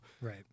Right